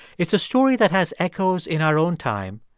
it's a story that has echoes in our own time,